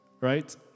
right